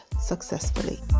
successfully